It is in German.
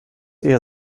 eher